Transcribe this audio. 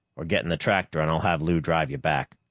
or get in the tractor and i'll have lou drive you back.